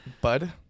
Bud